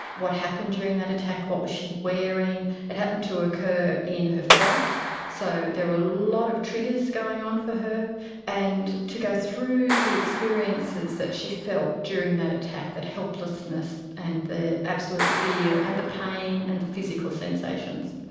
what happened during that attack, what was she wearing. it happened to occur in her flat so there were a lot of triggers going on for her and to go through the experiences that she felt during that attack, that helplessness and the absolute fear and the pain and the physical sensations.